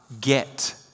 get